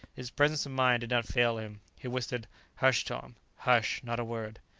his presence of mind did not fail him he whispered hush! tom! hush! not a word!